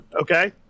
Okay